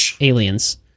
Aliens